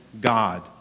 God